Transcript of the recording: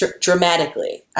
dramatically